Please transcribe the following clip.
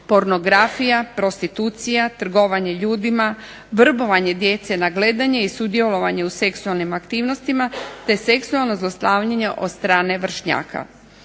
pornografija, prostitucija, trgovanje ljudima, vrbovanje djece na gledanje i sudjelovanje u seksualnim aktivnostima, te seksualno zlostavljanje od strane vršnjaka.